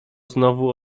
znowu